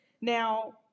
Now